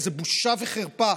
איזו בושה וחרפה.